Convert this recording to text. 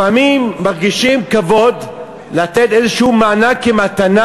לפעמים מרגישים כבוד לתת איזשהו מענק כמתנה,